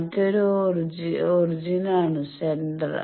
മറ്റൊന്ന് ഒറിജിൻ ആണ് സെന്റർ